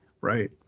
right